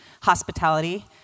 hospitality